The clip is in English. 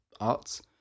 arts